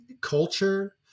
culture